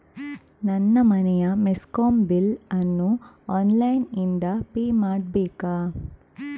ನನ್ನ ಮನೆಯ ಮೆಸ್ಕಾಂ ಬಿಲ್ ಅನ್ನು ಆನ್ಲೈನ್ ಇಂದ ಪೇ ಮಾಡ್ಬೇಕಾ?